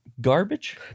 Garbage